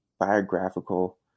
biographical